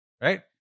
right